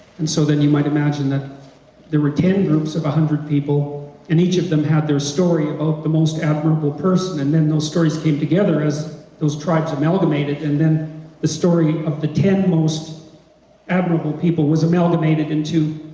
and so then you might imagine that there were ten groups of a hundred people, and each of them had their story about the most admirable person and then those stories came together as those tribes amalgamated, and then the story of the ten most admirable people was amalgamated into